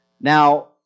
Now